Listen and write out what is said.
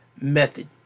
method